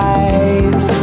eyes